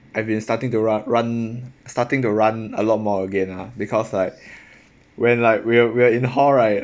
I've been starting to run run starting to run a lot more again ah because like when like we're we're in hall right